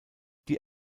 die